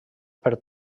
per